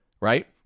right